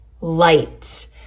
light